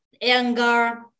anger